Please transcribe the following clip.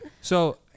So-